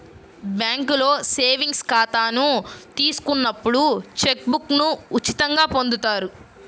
బ్యేంకులో సేవింగ్స్ ఖాతాను తీసుకున్నప్పుడు చెక్ బుక్ను ఉచితంగా పొందుతారు